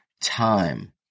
time